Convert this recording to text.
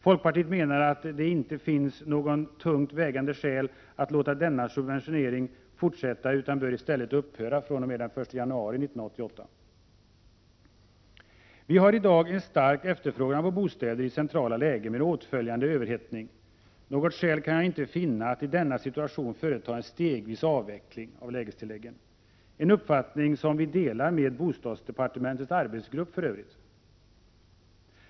Folkpartiet menar dock att det inte finns några tungt vägande skäl att låta denna subventionering fortsätta utan den bör i stället upphöra från den 1 januari 1988. Vi har i dag en stark efterfrågan på bostäder i centrala lägen med åtföljande överhettning. Något skäl kan jag inte finna att i denna situation företa en stegvis avveckling av lägestilläggen — en uppfattning som vi för övrigt delar med bostadsdepartementets arbetsgrupp.